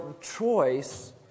choice